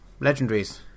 legendaries